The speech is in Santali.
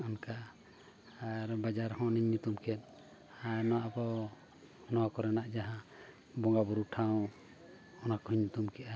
ᱚᱱᱠᱟ ᱟᱨ ᱵᱟᱡᱟᱨ ᱦᱚᱸ ᱚᱱᱮᱧ ᱧᱩᱛᱩᱢ ᱠᱮᱫ ᱟᱨ ᱟᱨ ᱱᱚᱣᱟ ᱟᱵᱚ ᱱᱚᱣᱟ ᱠᱚᱨᱮᱱᱟᱜ ᱡᱟᱦᱟᱸ ᱵᱚᱸᱜᱟ ᱵᱩᱨᱩ ᱴᱷᱟᱶ ᱚᱱᱟ ᱠᱚᱦᱚᱧ ᱧᱩᱛᱩᱢ ᱠᱮᱫᱼᱟ